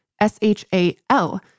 S-H-A-L